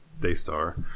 Daystar